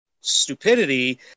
stupidity